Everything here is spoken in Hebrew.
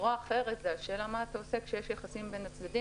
זרוע אחרת היא השאלה מה אתה עושה כשיש יחסים בין הצדדים